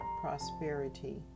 prosperity